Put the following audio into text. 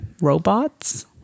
robots